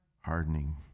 Hardening